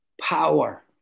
power